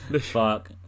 Fuck